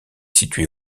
situé